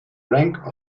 rank